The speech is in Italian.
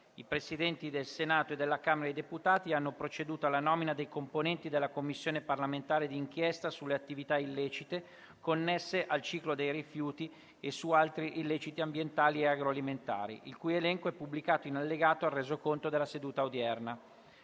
I Presidenti del Senato e della Camera dei deputati hanno proceduto alla nomina dei componenti della Commissione parlamentare di inchiesta sulle attività illecite connesse al ciclo dei rifiuti e su altri illeciti ambientali e agroalimentari, il cui elenco è pubblicato in allegato al Resoconto della seduta odierna.